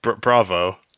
Bravo